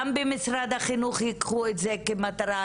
גם במשרד החינוך ייקחו את זה כמטרה,